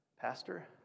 Pastor